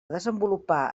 desenvolupar